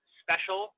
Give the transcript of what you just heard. special